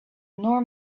nor